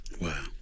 Wow